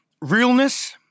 Realness